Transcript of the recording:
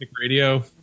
Radio